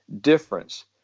difference